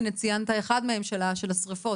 הנה, ציינת אחד מהם, של השריפות.